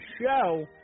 show